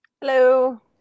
Hello